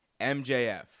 MJF